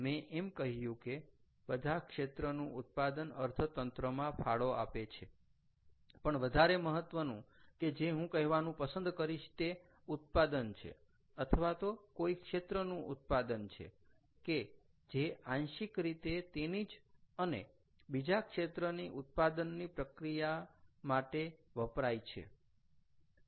મેં એમ કહ્યું કે બધા ક્ષેત્રનું ઉત્પાદન અર્થતંત્રમાં ફાળો આપે છે પણ વધારે મહત્વનું કે જે હું કહેવાનું પસંદ કરીશ તે ઉત્પાદન છે અથવા તો કોઈ ક્ષેત્રનું ઉત્પાદન છે કે જે આંશિક રીતે તેની જ અને બીજા ક્ષેત્રની ઉત્પાદનની પ્રક્રિયામાં માટે વપરાય છે